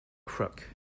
crook